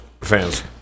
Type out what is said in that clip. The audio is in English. fans